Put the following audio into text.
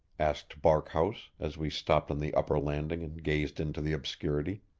asked barkhouse, as we stopped on the upper landing and gazed into the obscurity.